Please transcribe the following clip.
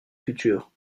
futur